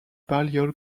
balliol